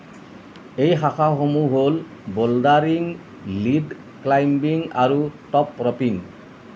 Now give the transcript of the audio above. এই শাখাসমূহ হ'ল বোল্ডাৰিং লিড ক্লাইম্বিং আৰু টপ ৰপিং